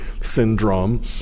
syndrome